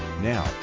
Now